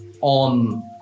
on